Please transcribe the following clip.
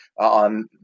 on